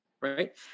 right